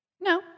No